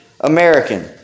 American